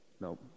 No